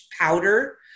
powder